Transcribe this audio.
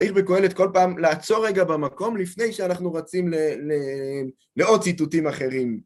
צריך בקוהלת כל פעם לעצור רגע במקום, לפני שאנחנו רצים לעוד ציטוטים אחרים.